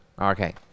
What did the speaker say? Okay